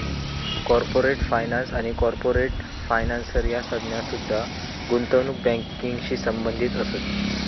corporate finance आणि corporate financier ह्या संज्ञा सुद्धा गुंतवणूक बँकिंगशी संबंधित असत